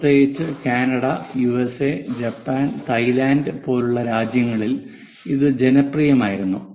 പ്രത്യേകിച്ച് Canada USA Japan Thailand പോലുള്ള രാജ്യങ്ങളിൽ ഇത് ജനപ്രിയമായിരുന്നു